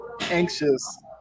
anxious